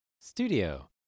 Studio